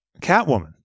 catwoman